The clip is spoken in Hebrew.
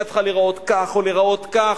צריכה להיראות כך או להיראות כך,